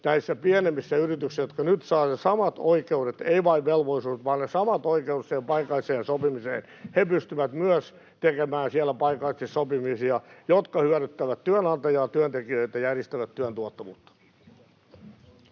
myöskin pienemmät yritykset, jotka nyt saavat samat oikeudet — eivät vain velvollisuudet, vaan ne samat oikeudet — paikalliseen sopimiseen, pystyvät myös tekemään siellä paikallisia sopimuksia, jotka hyödyttävät työnantajaa ja työntekijöitä ja edistävät työn tuottavuutta.